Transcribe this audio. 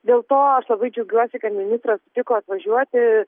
dėl to aš labai džiaugiuosi kad ministras sutiko atvažiuoti